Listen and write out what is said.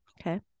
Okay